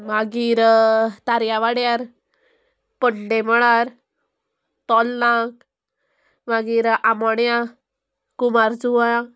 मागीर तार्या वाड्यार पंडेमळार तोल्लांक मागीर आमोण्यां कुमार चुवा